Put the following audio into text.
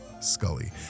Scully